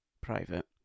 private